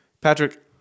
Patrick